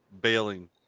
bailing